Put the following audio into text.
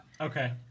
Okay